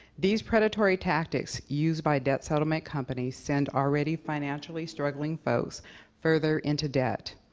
these predatory tactics used by debt settlement companies send already-financially struggling folks further into debt,